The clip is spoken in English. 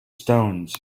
stones